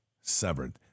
severed